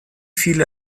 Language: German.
viele